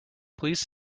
please